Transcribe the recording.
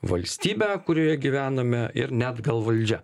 valstybe kurioje gyvename ir net gal valdžia